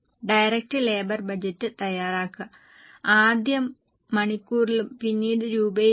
direct labour budget തയ്യാറാക്കുക ആദ്യം മണിക്കൂറുകളിലും പിന്നീട് രൂപയിലും